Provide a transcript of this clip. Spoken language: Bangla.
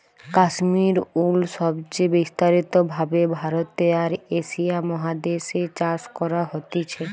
কাশ্মীর উল সবচে বিস্তারিত ভাবে ভারতে আর এশিয়া মহাদেশ এ চাষ করা হতিছে